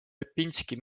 repinski